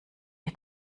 ihr